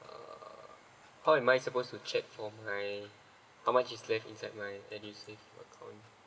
uh how am I supposed to check for my how much is left inside my edusave account